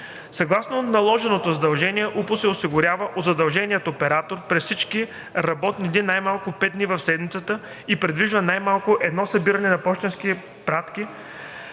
Съгласно наложеното задължение УПУ се осигурява от задължения оператор през всички работни дни, най-малко 5 дни в седмицата, и предвижда най-малко едно събиране на пощенски пратки